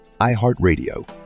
iHeartRadio